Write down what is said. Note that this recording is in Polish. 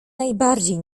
najbardziej